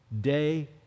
day